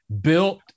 Built